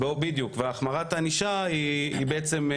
בדיוק והחמרת ענישה היא בעצם,